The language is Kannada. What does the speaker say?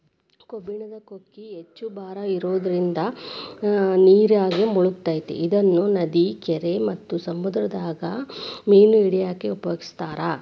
ಕಬ್ಬಣದ ಕೊಕ್ಕಿ ಹೆಚ್ಚ್ ಭಾರ ಇರೋದ್ರಿಂದ ನೇರಾಗ ಮುಳಗತೆತಿ ಇದನ್ನ ನದಿ, ಕೆರಿ ಮತ್ತ ಸಮುದ್ರದಾಗ ಮೇನ ಹಿಡ್ಯಾಕ ಉಪಯೋಗಿಸ್ತಾರ